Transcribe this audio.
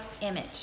image